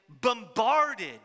bombarded